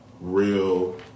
real